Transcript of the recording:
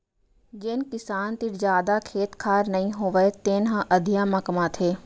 जेन किसान तीर जादा खेत खार नइ होवय तेने ह अधिया म कमाथे